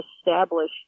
establish